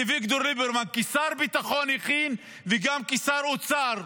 שאביגדור ליברמן כשר ביטחון הכין וקידם גם כשר אוצר.